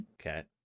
okay